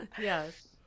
Yes